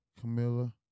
Camilla